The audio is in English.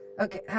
Okay